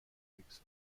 weeks